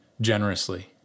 generously